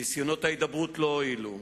ניסיונות ההידברות לא הועילו.